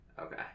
Okay